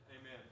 Amen